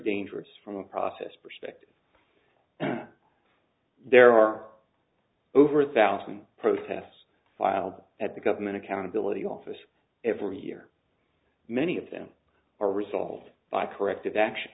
dangerous from a process perspective there are over a thousand protests filed at the government accountability office every year many of them are resolved by corrective action